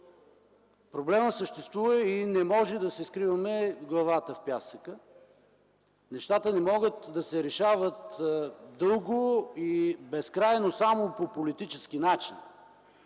Проблемът съществува и не можем да си скриваме главата в пясъка. Нещата не могат да се решават дълго и безкрайно само по политически начин,